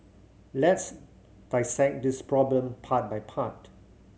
let's dissect this problem part by part